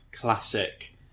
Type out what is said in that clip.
classic